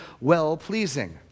well-pleasing